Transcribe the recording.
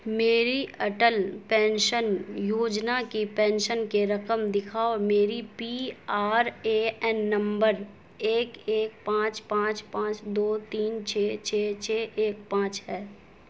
میری اٹل پینشن یوجنا کی پینشن کی رقم دکھاؤ میری P R A N number ایک ایک پانچ پانچ پانچ دو تین چھ چھ چھ ایک پانچ ہے